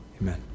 Amen